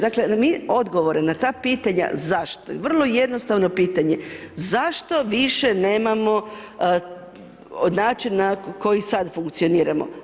Dakle mi odgovore na ta pitanja zašto, vrlo jednostavno pitanje zašto više nemamo način na koji sad funkcioniramo.